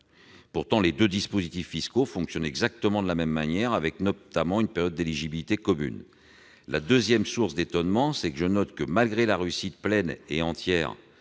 Pourtant, les deux dispositifs fiscaux fonctionnent exactement de la même manière, avec notamment une période d'éligibilité commune. La seconde source d'étonnement, c'est que malgré la réussite pleine et entière